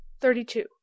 thirty-two